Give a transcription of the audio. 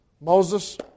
Moses